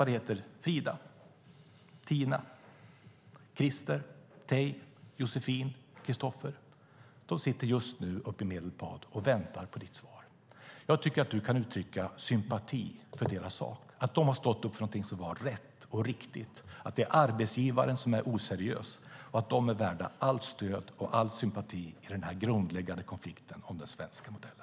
De heter Frida, Tina, Christer, Tei, Josefin och Kristoffer. De sitter just nu uppe i Medelpad och väntar på ditt svar. Jag tycker att du kan uttrycka sympati för deras sak. De har stått upp för någonting som var rätt och riktigt. Det är arbetsgivaren som är oseriös, och de är värda allt stöd och all sympati i den grundläggande konflikten om den svenska modellen.